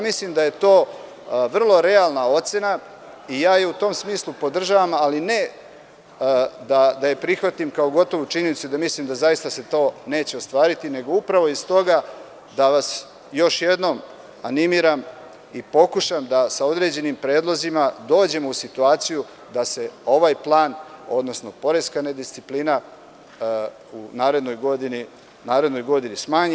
Mislim da je to vrlo realna ocena i u tom smislu je podržavam, ali ne da je prihvatim kao gotovu činjenicu i da mislim da se to neće ostvariti, nego upravo iz toga da vas još jednom animiram i da pokušam sa određenim predlozima da dođemo u situaciju da se ovaj plan, odnosno poreska nedisciplina u narednoj godini smanji.